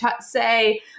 say